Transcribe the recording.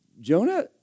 Jonah